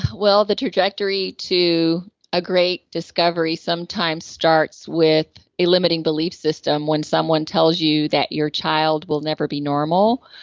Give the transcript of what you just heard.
well, the trajectory to a great discovery sometimes starts with a limiting belief system when someone tells you that your child will never be normal,